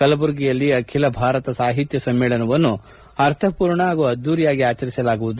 ಕಲಬುರಗಿಯಲ್ಲಿ ಅಖಿಲ ಭಾರತ ಸಾಹಿತ್ಯ ಸಮ್ಮೇಳನವನ್ನು ಅರ್ಥ ಪೂರ್ಣ ಹಾಗೂ ಅದ್ದೂರಿಯಾಗಿ ಆಚರಿಸಲಾಗುವುದು